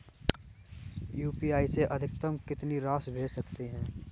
UPI से अधिकतम कितनी रकम भेज सकते हैं?